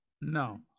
No